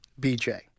BJ